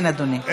כן, אדוני.